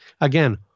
again